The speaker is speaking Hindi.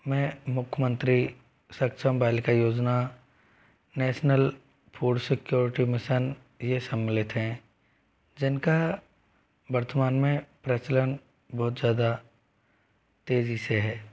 में मुख्यमंत्री सक्षम बालिका योजना नेशनल फूड सिक्योरिटी मिशन ये सम्मिलित हैं जिनका वर्तमान में प्रचलन बहुत ज़्यादा तेज़ी से है